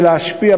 ולהשפיע,